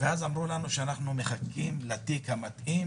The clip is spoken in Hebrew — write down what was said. אז אמרו לנו: אנחנו מחכים לתיק המתאים